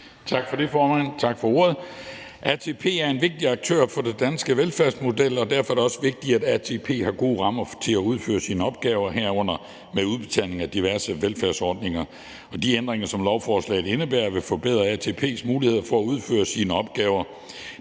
Tak for det, formand, tak for ordet. ATP er en vigtig aktør for den danske velfærdsmodel, og derfor er det også vigtigt, at ATP har gode rammer til at udføre sine opgaver, herunder med udbetalingen af diverse velfærdsordninger, og de ændringer, som lovforslaget indebærer, vil forbedre ATP's muligheder for at udføre sine opgaver.